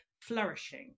flourishing